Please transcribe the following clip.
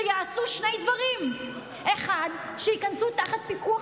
שיעשו שני דברים: 1. שייכנסו תחת פיקוח